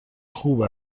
خوب